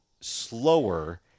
slower